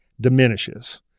diminishes